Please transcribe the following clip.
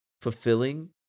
Fulfilling